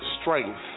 strength